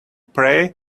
pray